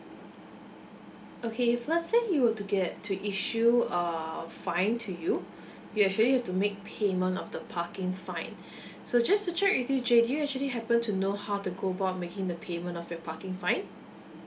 okay if let's say you were to get to issue a fine to you you actually have to make payment of the parking fine so just to check with you jay do you actually happen to know how to go about making the payment of your parking fine